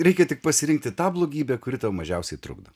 reikia tik pasirinkti tą blogybę kuri tau mažiausiai trukdo